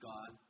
God